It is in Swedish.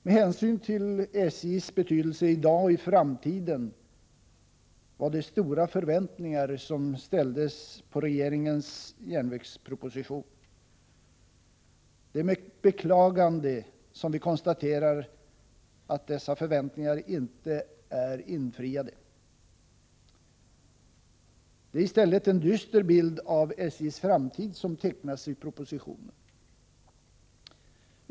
Med hänsyn till SJ:s betydelse i dag och i framtiden var det stora förväntningar som ställdes på regeringens järnvägsproposition. Det är med beklagande som vi konstaterar att dessa förväntningar inte är infriade. Det är i stället en dyster bild av SJ:s framtid som tecknas i propositionen.